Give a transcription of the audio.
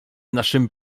naszym